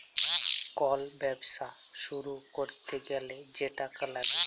call ব্যবছা শুরু ক্যইরতে গ্যালে যে টাকা ল্যাগে